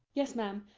yes, ma'am.